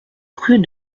rue